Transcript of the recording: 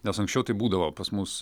nes anksčiau taip būdavo pas mus